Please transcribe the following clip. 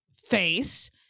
face